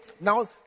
now